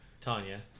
Tanya